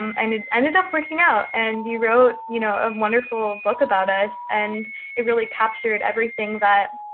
um and it ended up working out. and you wrote, you know, a wonderful book about us. and it really captured everything that,